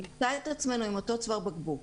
נמצא את עצמנו עם אותו צוואר בקבוק.